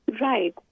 Right